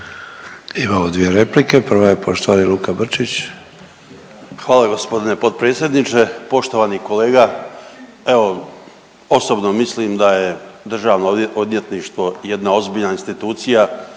Imamo dvije replike. Prva je poštovani Luka Brčić. **Brčić, Luka (HDZ)** Hvala g. potpredsjedniče. Poštovani kolega. Evo, osobno mislim da je državno odvjetništvo jedna ozbiljna institucija